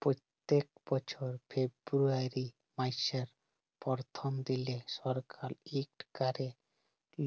প্যত্তেক বছর ফেরবুয়ারি ম্যাসের পরথম দিলে সরকার ইকট ক্যরে